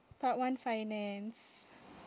part one finance